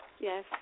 Yes